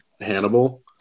Hannibal